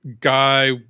guy